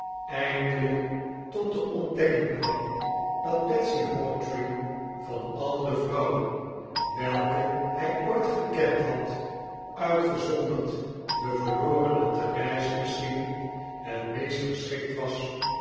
eindelijk tot de ontdekking kwam dat betsy hawtrey van al de vrouwen welke hy ooit gekend had uitgezonderd de verlorene therese missehien het meest geschikt was